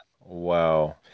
Wow